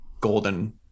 golden